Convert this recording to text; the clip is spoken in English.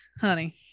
honey